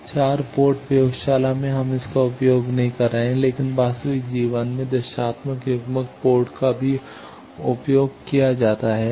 4 port प्रयोगशाला में हम इसका उपयोग नहीं करते हैं लेकिन वास्तविक जीवन में दिशात्मक युग्मक पोर्ट का भी उपयोग किया जाता है